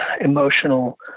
emotional